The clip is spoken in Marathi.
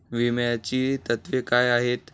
विम्याची तत्वे काय आहेत?